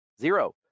zero